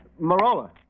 Marola